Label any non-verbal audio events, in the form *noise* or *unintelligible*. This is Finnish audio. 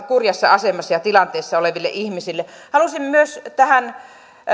*unintelligible* kurjassa asemassa ja tilanteessa oleville ihmisille halusin myös vastata